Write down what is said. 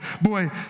Boy